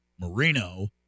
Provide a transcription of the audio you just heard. Marino